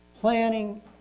planning